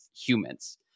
humans